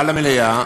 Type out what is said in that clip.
בא למליאה,